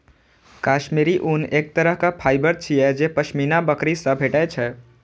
काश्मीरी ऊन एक तरहक फाइबर छियै जे पश्मीना बकरी सं भेटै छै